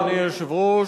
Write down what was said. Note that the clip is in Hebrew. אדוני היושב-ראש,